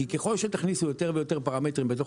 כי ככל שתכניסו יותר ויותר פרמטרים בתוך